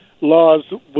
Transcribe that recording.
laws